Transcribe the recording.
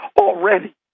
already